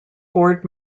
board